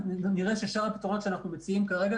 אז גם נראה ששאר הפתרונות שאנחנו מציעים כרגע